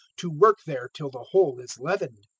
to work there till the whole is leavened.